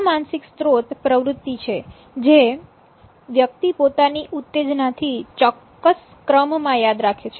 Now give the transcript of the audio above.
આ માનસિક સ્ત્રોત પ્રવૃત્તિ છે જે વ્યક્તિ પોતાની ઉત્તેજના થી ચોક્કસ ક્રમમાં યાદ રાખે છે